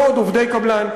לא עוד עובדי קבלן.